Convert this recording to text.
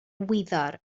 wyddor